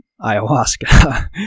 ayahuasca